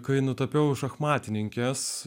kai nutapiau šachmatininkes